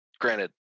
granted